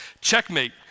Checkmate